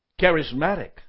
charismatic